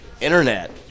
Internet